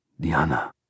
Diana